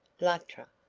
luttra,